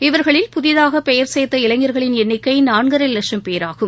இவர்களில் புதிதாக பெயர் சேர்த்த இளைஞர்களின் எண்ணிக்கை நான்கரை லட்சம் பேராகும்